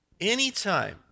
Anytime